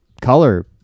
color